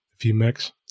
V-Max